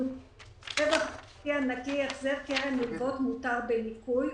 יופחת מהרווח השנתי הנקי החזר קרן מילוות מותר בניכוי,